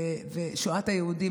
שואת היהודים,